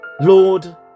Lord